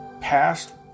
past